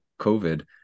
COVID